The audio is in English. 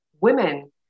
women